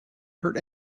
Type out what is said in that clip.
hurt